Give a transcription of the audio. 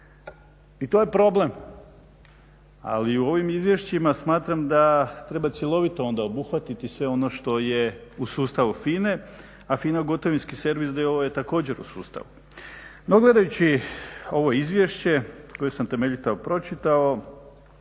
I to je problem. Ali u ovim izvješćima smatram da treba cjelovito onda obuhvatiti sve ono što je u sustavu FINA-e, a FINA gotovinski servis d.o.o. je također u sustavu. No, gledajući ovo izvješće koje sam temeljito pročitao